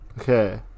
Okay